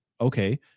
okay